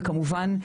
וכמובן,